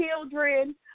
children